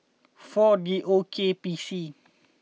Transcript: four D O K P C